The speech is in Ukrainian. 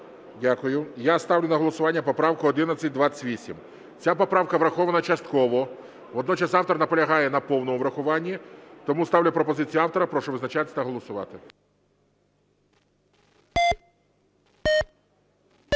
Дякую. Я ставлю на голосування поправку 1128. Ця поправка врахована частково. Водночас автор наполягає на повному врахуванні. Тому ставлю пропозицію автора. Прошу визначатися та голосувати.